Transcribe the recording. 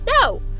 No